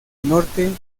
norte